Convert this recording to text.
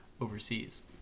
overseas